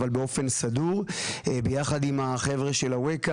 אבל באופן סדור ביחד עם החבר'ה של אווקה